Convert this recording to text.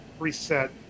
reset